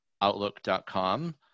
outlook.com